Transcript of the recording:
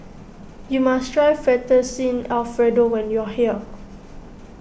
you must try Fettuccine Alfredo when you are here